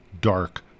dark